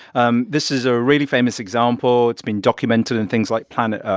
um this is a really famous example. it's been documented in things like planet earth.